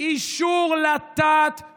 אישור לטעת,